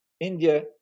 India